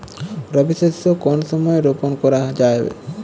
রবি শস্য কোন সময় রোপন করা যাবে?